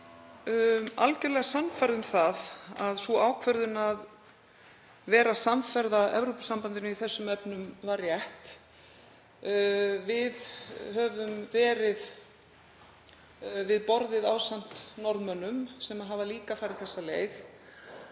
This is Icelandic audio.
algerlega sannfærð um að sú ákvörðun að vera samferða Evrópusambandinu í þessum efnum var rétt. Við höfum verið við borðið ásamt Norðmönnum sem hafa líka farið þessa leið